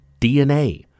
DNA